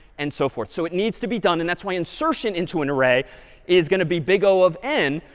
and so forth. so it needs to be done. and that's why insertion into an array is going to be big o of n,